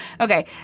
Okay